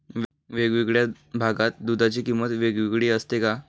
वेगवेगळ्या भागात दूधाची किंमत वेगळी असते का?